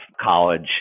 college